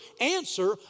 answer